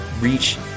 reach